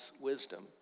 wisdom